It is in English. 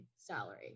salary